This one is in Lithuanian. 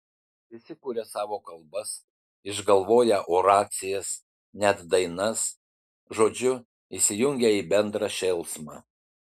visi kuria savo kalbas išgalvoję oracijas net dainas žodžiu įsijungia į bendrą šėlsmą